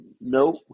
nope